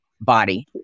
body